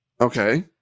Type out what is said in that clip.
Okay